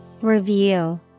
Review